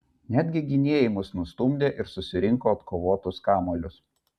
netgi gynėjai mus nustumdė ir susirinko atkovotus kamuolius